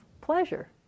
pleasure